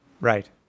Right